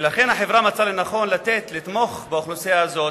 החברה מצאה לנכון לתמוך באוכלוסייה הזאת